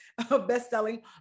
bestselling